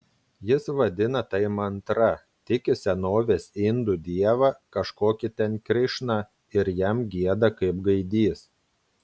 jis vadina tai mantra tiki senovės indų dievą kažkokį ten krišną ir jam gieda kaip gaidys